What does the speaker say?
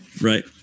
right